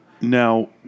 now